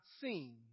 seen